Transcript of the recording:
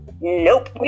Nope